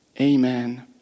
Amen